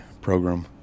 program